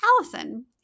Allison